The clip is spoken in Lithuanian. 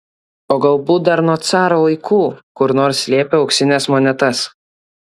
o galbūt dar nuo caro laikų kur nors slėpė auksines monetas